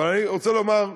אבל אני רוצה לומר,